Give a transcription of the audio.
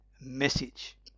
message